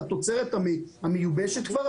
התוצרת המיובשת כבר,